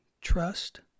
trust